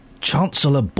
Chancellor